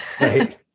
Right